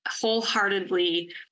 wholeheartedly